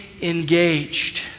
engaged